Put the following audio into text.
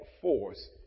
force